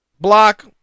block